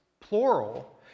plural